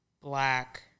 black